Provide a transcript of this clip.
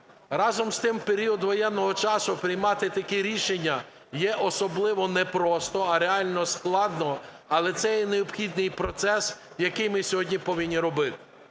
Разом з тим у період воєнного часу приймати такі рішення є особливо непросто, а реально складно, але цей необхідний процес, який ми сьогодні повинні робити.